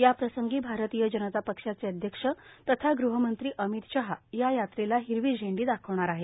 या प्रसंगी भारतीय जनता पक्षाचे अध्यक्ष तथा गृहमंत्री अमित षहा या यात्रेला हिरवी झेंडी दाखवणार आहेत